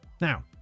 Now